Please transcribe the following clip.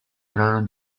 brano